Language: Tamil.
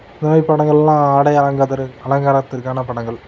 இந்த மாதிரி படங்கள்லாம் ஆடை அலங்கதரு அலங்காரத்திற்கான படங்கள்